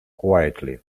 quietly